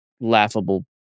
laughable